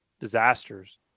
disasters